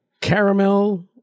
caramel